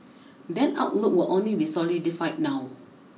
that outlook will only be solidified now